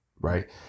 right